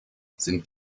sind